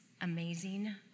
amazing